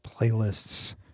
Playlists